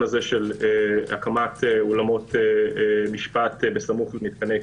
הזה של הקמת אולמות משפט בסמוך למתקני כליאה.